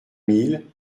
mille